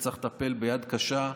וצריך לטפל ביד קשה.